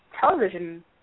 television